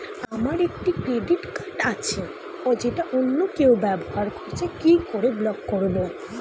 আমার একটি credit card আছে যেটা অন্য কেউ ব্যবহার করছে কি করে ব্লক করবো?